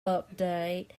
update